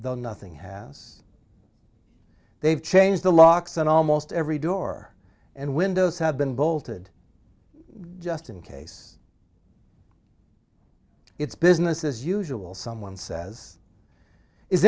though nothing has they've changed the locks on almost every door and windows have been bolted just in case it's business as usual someone says is